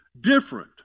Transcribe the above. different